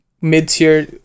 mid-tier